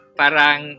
parang